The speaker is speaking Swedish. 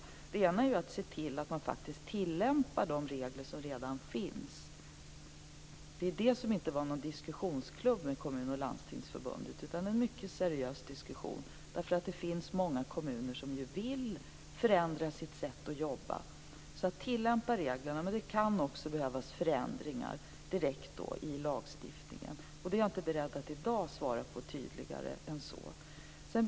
Först och främst måste man se till att de regler som redan finns faktiskt tillämpas. Det var det jag diskuterade med Kommunförbundet och Landstingsförbundet. Det var alltså inte någon diskussionsklubb utan vi förde en mycket seriös diskussion. Det finns många kommuner som vill förändra sitt sätt att jobba, dvs. tillämpa reglerna, men det kan också behövas förändringar direkt i lagstiftningen. Det är jag inte beredd att i dag svara på tydligare än så.